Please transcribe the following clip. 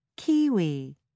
Kiwi